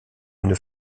une